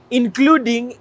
including